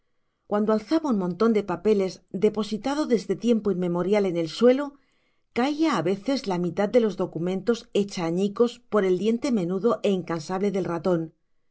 cuando alzaba un montón de papeles depositado desde tiempo inmemorial en el suelo caía a veces la mitad de los documentos hecha añicos por el diente menudo e incansable del ratón